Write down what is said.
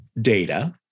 data